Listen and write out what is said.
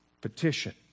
petition